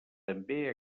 també